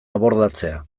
abordatzea